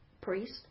priest